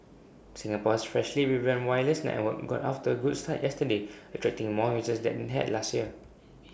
Singapore's freshly revamped wireless network got off to A good start yesterday attracting more users than IT had last year